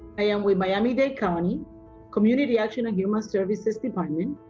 i am with miami-dade county community action and human services department.